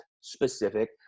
specific